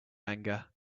anger